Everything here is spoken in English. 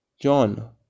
John